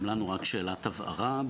גם לנו שאלת הבהרה.